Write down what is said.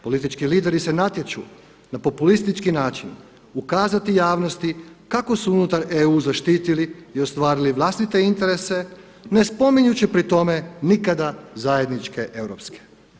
Politički lideri se natječu na populistički način ukazati javnosti kako su unutar EU zaštitili i ostvarili vlastite interese ne spominjući pri tome nikada zajedničke europske.